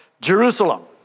Jerusalem